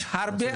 יש הרבה,